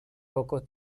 pocos